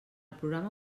programa